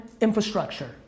infrastructure